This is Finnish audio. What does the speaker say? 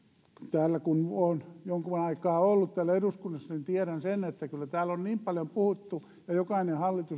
kun olen jonkun aikaa ollut täällä eduskunnassa niin tiedän sen että kyllä täällä on paljon puhuttu ja jokainen hallitus